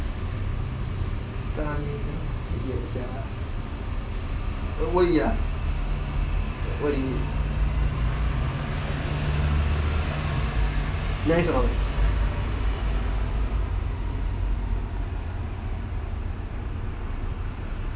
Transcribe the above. kannina you eat yourself eh what you eat ah what did you eat nice a not